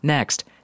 Next